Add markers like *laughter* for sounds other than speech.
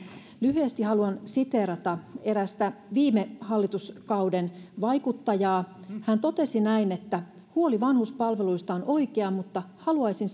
lyhyesti haluan siteerata erästä viime hallituskauden vaikuttajaa hän totesi näin huoli vanhuspalveluista on oikea mutta haluaisin *unintelligible*